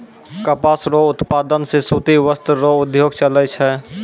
कपास रो उप्तादन से सूती वस्त्र रो उद्योग चलै छै